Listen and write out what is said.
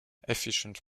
efficient